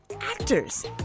actors